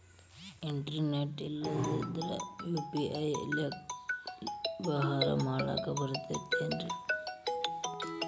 Internet ಇಲ್ಲಂದ್ರ UPI ಲೇ ವ್ಯವಹಾರ ಮಾಡಾಕ ಬರತೈತೇನ್ರೇ?